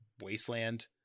wasteland